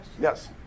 Yes